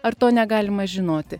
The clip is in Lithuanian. ar to negalima žinoti